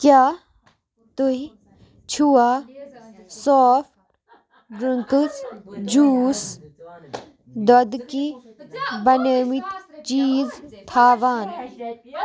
کیٛاہ تُہۍ چھِوا سافٹ ڈٕرٛنٛکٕس جوٗس دۄدٕکی بَنیمٕتۍ چیٖز تھاوان